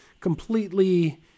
completely